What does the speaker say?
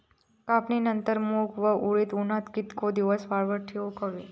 कापणीनंतर मूग व उडीद उन्हात कितके दिवस वाळवत ठेवूक व्हये?